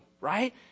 Right